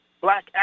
black